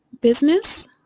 business